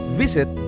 visit